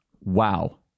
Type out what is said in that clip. Wow